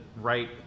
right